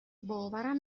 باورم